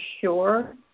sure